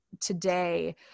today